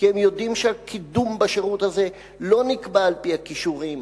כי הם יודעים שהקידום בשירות הזה לא נקבע על-פי הכישורים,